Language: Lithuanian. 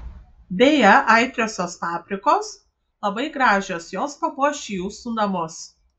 beje aitriosios paprikos labai gražios jos papuoš jūsų namus